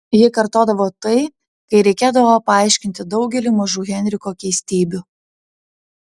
ji kartodavo tai kai reikėdavo paaiškinti daugelį mažų henriko keistybių